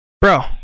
Bro